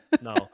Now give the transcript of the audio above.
no